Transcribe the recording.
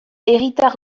herritar